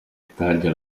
taglia